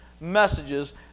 messages